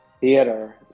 theater